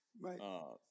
Right